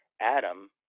Adam